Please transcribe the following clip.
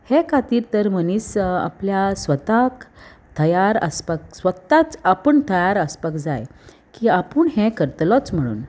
हे खातीर तर मनीस आपल्या स्वताक तयार आसपाक स्वताच आपूण तयार आसपाक जाय की आपूण हें करतलोच म्हणून